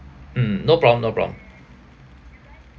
mm no problem no problem